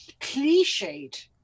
cliched